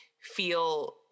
feel